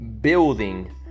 Building